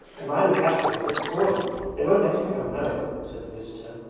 and my lukashka is at the cordon they won't let him come home said the visitor,